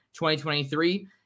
2023